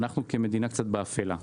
כמדינה אנחנו קצת באפלה.